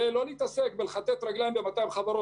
ולא להתעסק בכיתות רגליים במאתיים חברות